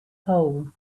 hole